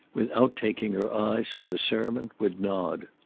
without taking her eyes from the sermon, would nod.